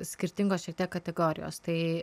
skirtingos šiek tiek kategorijos tai